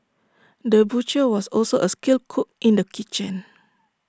the butcher was also A skilled cook in the kitchen